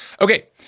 Okay